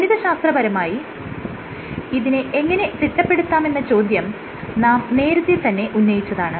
ഗണിതശാസ്ത്രപരമായി ഇതിനെ എങ്ങനെ തിട്ടപ്പെടുത്താമെന്ന ചോദ്യം നാം നേരത്തെ തന്നെ ഉന്നയിച്ചതാണ്